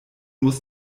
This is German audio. muss